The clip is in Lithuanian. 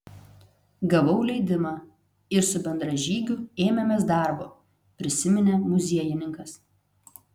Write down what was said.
gavau leidimą ir su bendražygiu ėmėmės darbo prisiminė muziejininkas